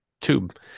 tube